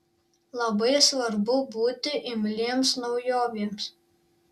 labai svarbu būti imliems naujovėms